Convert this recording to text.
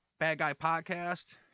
BadGuyPodcast